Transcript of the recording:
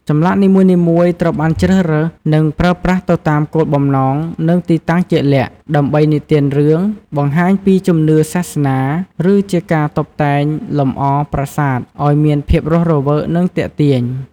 ចម្លាក់នីមួយៗត្រូវបានជ្រើសរើស និងប្រើប្រាស់ទៅតាមគោលបំណង និងទីតាំងជាក់លាក់ ដើម្បីនិទានរឿង បង្ហាញពីជំនឿសាសនា ឬជាការតុបតែងលម្អប្រាសាទឲ្យមានភាពរស់រវើក និងទាក់ទាញ។